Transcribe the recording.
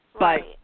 Right